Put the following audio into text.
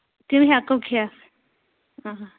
تِم ہٮ۪کو کھٮ۪تھ اَوا